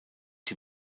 die